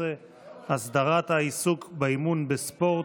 16) (הסדרת העיסוק באימון בספורט),